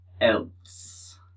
else